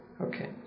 Okay